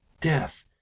death